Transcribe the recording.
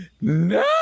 No